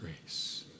grace